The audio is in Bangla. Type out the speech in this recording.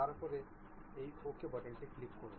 তারপরে এই OK বাটনটি ক্লিক করুন